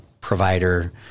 provider